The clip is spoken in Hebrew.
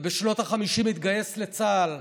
ובשנות החמישים התגייס לצה"ל,